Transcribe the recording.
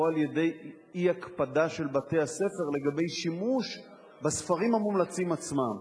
או על אי-הקפדה של בתי-הספר על שימוש בספרים המומלצים עצמם.